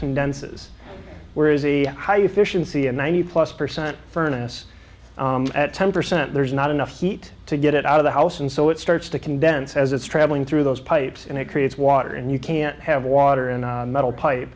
condenses where is a high efficiency and ninety plus percent furnace at ten percent there's not enough heat to get it out of the house and so it starts to condense as it's traveling through those pipes and it creates water and you can't have water in a metal